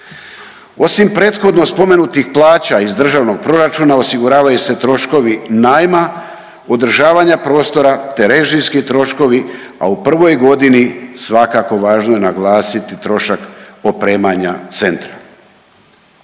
Osim prethodno spomenutih plaća iz državnog proračuna osiguravaju se troškovi najma, održavanja prostora, te režijski troškovi, a u prvoj godini svakako važno je naglasiti trošak opremanja centra.